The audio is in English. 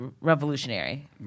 revolutionary